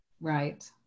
Right